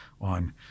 on